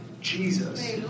Jesus